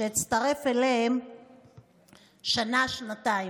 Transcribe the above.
שאצטרף אליהם שנה-שנתיים,